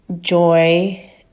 Joy